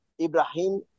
Ibrahim